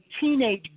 teenage